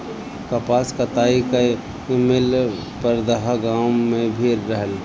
कपास कताई कअ मिल परदहा गाँव में भी रहल